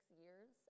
years